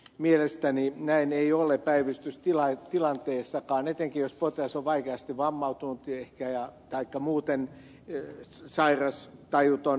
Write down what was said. mielestäni näin ei ole päivystystilanteessakaan etenkin jos potilas on vaikeasti vammautunut ehkä taikka muuten sairas tajuton